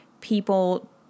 people